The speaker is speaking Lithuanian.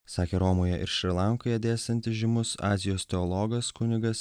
sakė romoje ir šri lankoje dėstantis žymus azijos teologas kunigas